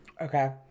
Okay